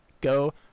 Go